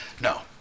No